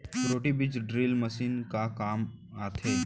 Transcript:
Roto बीज drill machine का काम आथे?